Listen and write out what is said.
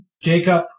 Jacob